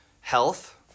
health